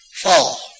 Fall